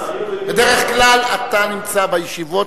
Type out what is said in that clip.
בדרך כלל אתה נמצא בישיבות,